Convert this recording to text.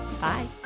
Bye